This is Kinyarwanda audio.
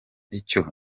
icyo